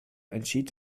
entschied